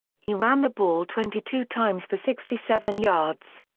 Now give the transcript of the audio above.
he ran the ball twenty two times for sixty seven yards.